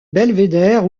belvédère